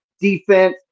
defense